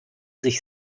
sich